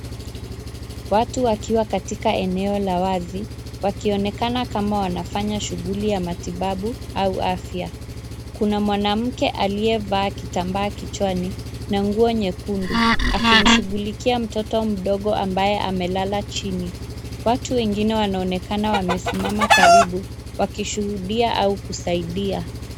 Watu wakiwa katika eneo la wazi, wakionekana kama wanafanya shughuli ya matibabu, au afya. Kuna mwanamke aliyevaa kitambaa kichwani, na nguo nyekundu, akimshughulikia mtoto mdogo ambaye amelala chini. Watu wengine wanaonekana wamesimama karibu, wakishuhudia, au kusaidia.